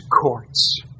courts